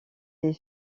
des